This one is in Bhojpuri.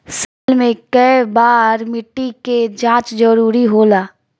साल में केय बार मिट्टी के जाँच जरूरी होला?